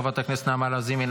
חברת הכנסת נעמה לזימי,